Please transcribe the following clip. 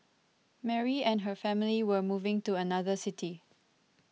Mary and her family were moving to another city